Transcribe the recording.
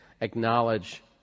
acknowledge